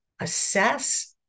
assess